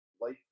light